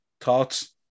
Thoughts